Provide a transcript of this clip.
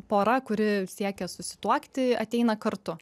pora kuri siekia susituokti ateina kartu